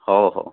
ହେଉ ହେଉ